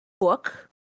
book